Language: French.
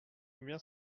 combien